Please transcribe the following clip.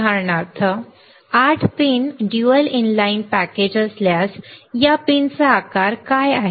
उदाहरणार्थ 8 pin dual inline package असल्यास या पिनचा आकार काय आहे